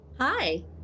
Hi